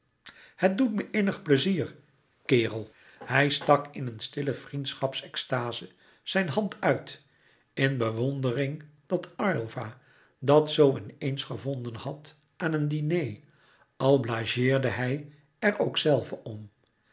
het doet me innig pleizier kerel hij stak in een stille vriendschaps extaze zijn hand uit in bewondering dat aylva dat zoo in eens gevonden had aan een diner al blageerde hij er ook zelve om